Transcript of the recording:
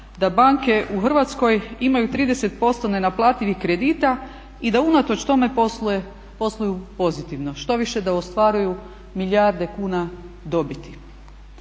da banke u Hrvatskoj imaju 30% nenaplativih kredita i da unatoč tome posluju pozitivno, štoviše da ostvaruju milijarde kuna dobiti.